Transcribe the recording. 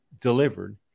delivered